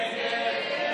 ההסתייגות (69)